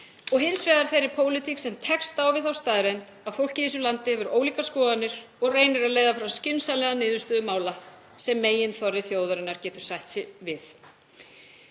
og hins vegar pólitík sem tekst á við þá staðreynd að fólkið í þessu landi hefur ólíkar skoðanir og reynir að leiða fram skynsamlega niðurstöðu mála sem meginþorri þjóðarinnar getur sætt sig við.